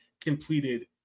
completed